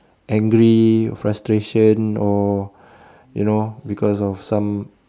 angry frustration or you know because of some